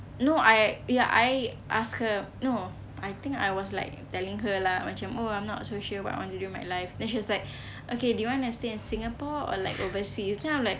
no I ya I ask her no I think I was like telling her lah macam oh I'm not so sure what I want to do with my life then she was like okay do you want to stay in singapore or like overseas